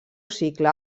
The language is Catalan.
cicle